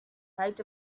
height